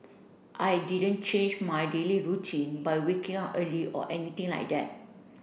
I didn't change my daily routine by waking up early or anything like that